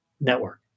network